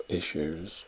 issues